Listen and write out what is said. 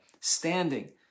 standing